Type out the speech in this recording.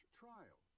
trial